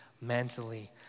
mentally